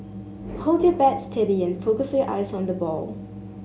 hold your bat steady and focus your eyes on the ball